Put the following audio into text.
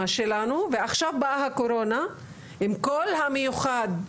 שלנו ועכשיו באה הקורונה עם כל המיוחד,